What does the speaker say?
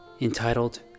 entitled